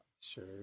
Sure